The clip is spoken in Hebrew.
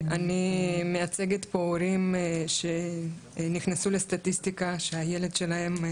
אני מייצגת פה הורים שנכנסו לסטטיסטיקה שהילד שלהם,